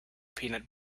peanut